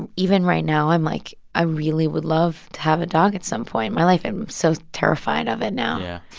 and even right now, i'm like, i really would love to have a dog at some point in my life. i'm so terrified of it now yeah.